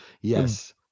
Yes